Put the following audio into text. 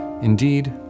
Indeed